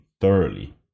thoroughly